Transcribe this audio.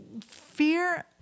fear